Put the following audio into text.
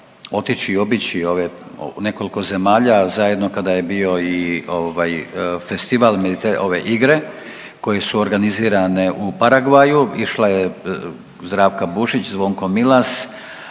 otići i obići ove nekoliko zemalja zajedno kada je bio i festival ove igre koje su organizirane u Paraguayu, išla je Zdravka Bušić, Zvonko Milas,